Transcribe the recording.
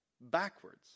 backwards